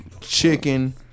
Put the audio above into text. chicken